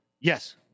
Yes